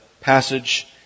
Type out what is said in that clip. passage